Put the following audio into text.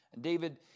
David